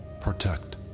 Protect